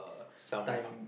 some